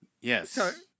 Yes